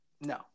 No